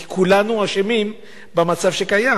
כי כולנו אשמים במצב שקיים.